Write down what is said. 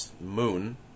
moon